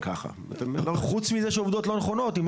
אם ככה?